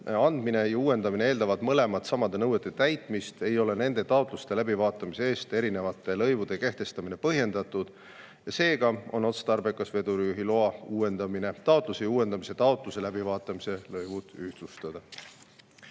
andmine ja uuendamine eeldavad mõlemad samade nõuete täitmist, ei ole nende taotluste läbivaatamise eest erinevate lõivude kehtestamine põhjendatud, seega on otstarbekas vedurijuhiloa taotluse ja uuendamise taotluse läbivaatamise lõivud ühtlustada.